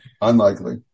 Unlikely